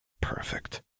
Perfect